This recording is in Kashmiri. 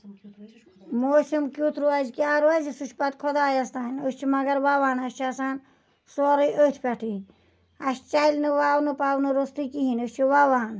موسِم کِیُتھ روزِ کیاہ روزِ سُہ چھُ پَتہٕ خۄدایَس تانۍ أسۍ چھِ مَگر وَوان اَسہِ چھِ آسان سورُے أتھۍ پٮ۪ٹھٕے اَسہِ چیلنہٕ وَونہٕ پَونہٕ روٚستٕے کِہیٖنۍ أسۍ چھِ وَوان